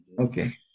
okay